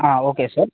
okay sir